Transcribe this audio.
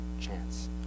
chance